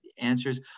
answers